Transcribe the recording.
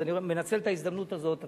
אז אני מנצל את ההזדמנות הזאת.